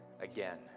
again